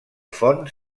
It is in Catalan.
fons